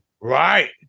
Right